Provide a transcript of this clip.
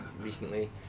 recently